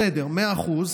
בסדר, מאה אחוז.